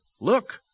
look